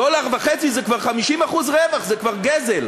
1.5 דולר זה כבר 50% רווח, זה כבר גזל.